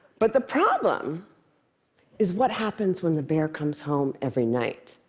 but the problem is what happens when the bear comes home every night,